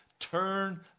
turn